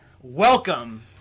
welcome